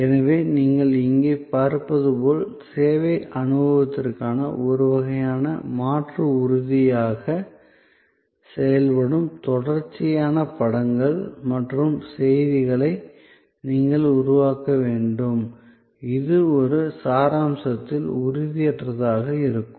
எனவே நீங்கள் இங்கே பார்ப்பது போல் சேவை அனுபவத்திற்காக ஒரு வகையான மாற்று உறுதியாக செயல்படும் தொடர்ச்சியான படங்கள் மற்றும் செய்திகளை நீங்கள் உருவாக்க வேண்டும் இது ஒரு சாராம்சத்தில் உறுதியற்றதாக இருக்கும்